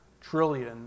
trillion